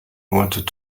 wanted